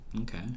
Okay